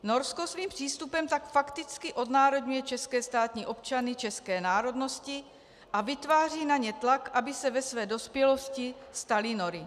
Norsko svým přístupem tak fakticky odnárodňuje české státní občany české národnosti a vytváří na ně tlak, aby se ve své dospělosti stali Nory.